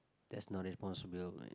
that's not a possibility